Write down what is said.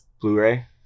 Blu-ray